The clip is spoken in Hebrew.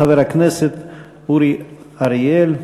חבר הכנסת אורי אריאל.